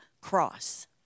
cross